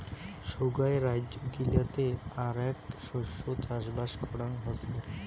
সোগায় রাইজ্য গিলাতে আরাক শস্য চাষবাস করাং হসে